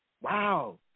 Wow